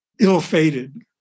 ill-fated